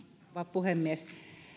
puhemies